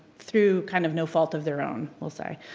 through kind of no fault of their own will say.